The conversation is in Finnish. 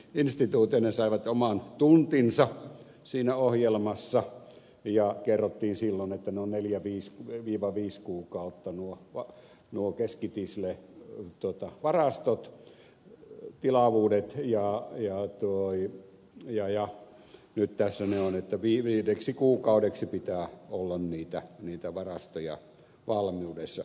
ne saivat oman tuntinsa siinä ohjelmassa ja kerrottiin silloin että ne ovat neljä viisi kuukautta nuo keskitislevarastot niiden tilavuudet ja nyt tässä ne ovat niin että viideksi kuukaudeksi pitää olla niitä varastoja valmiudessa